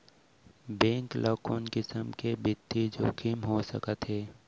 Bank ल कोन किसम के बित्तीय जोखिम हो सकत हे?